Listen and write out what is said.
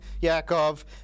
Yakov